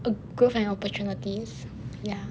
the growth and opportunities ya